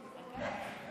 יהיו בחירות?